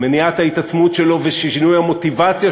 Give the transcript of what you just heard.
מניעת ההתעצמות שלו ושינוי המוטיבציה